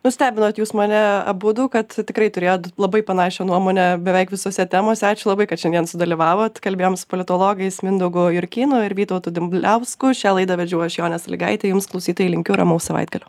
nustebinot jūs mane abudu kad tikrai turėjot labai panašią nuomonę beveik visose temose ačiū labai kad šiandien sudalyvavot kalbėjom su politologais mindaugu jurkynu ir vytautu dumbliausku šią laidą vedžiau aš jonė salygaitė jums klausytojai linkiu ramaus savaitgalio